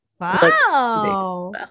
wow